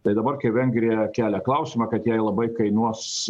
tai dabar kai vengrija kelia klausimą kad jai labai kainuos